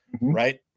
Right